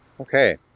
Okay